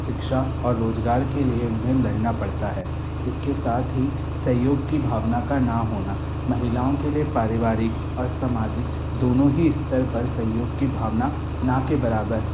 शिक्षा और रोजगार के लिए उन्हें लड़ना पड़ता हैं इसके साथ ही सहयोग की भावना का ना होना महिलाओं के लिए पारिवारिक और सामाजिक दोनों ही स्तर पर सहयोग की भावना ना के बराबर